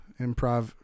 improv